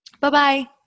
Bye-bye